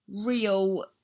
real